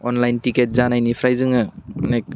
online ticket जानायनिफ्राय जोङो अनेक